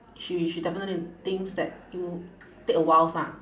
she she definitely thinks that it would take a while ah